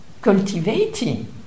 cultivating